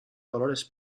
dolores